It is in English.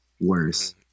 worse